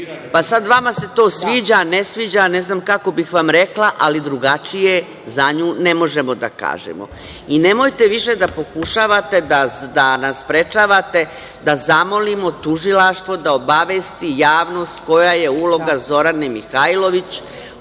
Sad, vama se to sviđa, ne sviđa, ne znam kako bih vam rekla, ali drugačije za nju ne možemo da kažemo. Nemojte više da pokušavate da nas sprečavate da zamolimo tužilaštvo da obavesti javnost koja je uloga Zorane Mihajlović